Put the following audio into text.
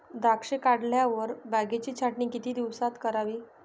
द्राक्षे काढल्यावर बागेची छाटणी किती दिवसात करावी?